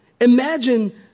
Imagine